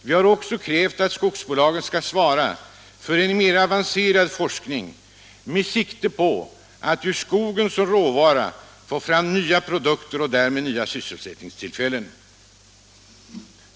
Vi har också krävt att skogsbolagen skall svara för en mer avancerad forskning med sikte på att ur skogen som råvara få fram nya produkter och därmed nya sysselsättningstillfällen.